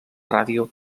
ràdio